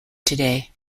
today